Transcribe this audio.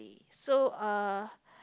so uh